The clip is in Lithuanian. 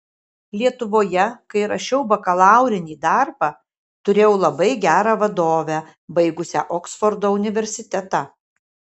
lietuvoje kai rašiau bakalaurinį darbą turėjau labai gerą vadovę baigusią oksfordo universitetą